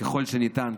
ככל שניתן,